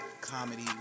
comedy